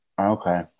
Okay